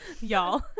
y'all